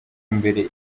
imbere